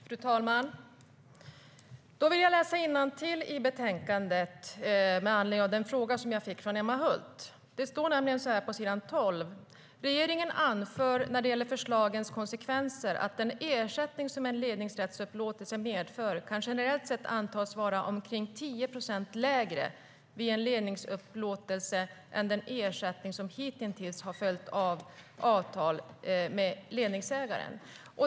Fru talman! Med anledning av Emma Hults fråga vill jag läsa innantill i betänkandet. På s. 12 står det nämligen så här: "Regeringen anför när det gäller förslagens konsekvenser att den ersättning som en ledningsrättsupplåtelse medför kan generellt sett antas vara omkring 10 procent lägre vid en ledningsrättsupplåtelse än den ersättning som hittills har följt av avtal med ledningsägaren."